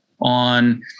on